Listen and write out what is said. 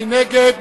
מי נגד?